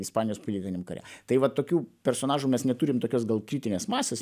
ispanijos pilietiniam kare tai vat tokių personažų mes neturim tokios gal kritinės masės